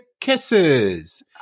Kisses